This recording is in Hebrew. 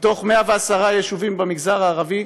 מתוך 110 יישובים במגזר הערבי,